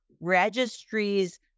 registries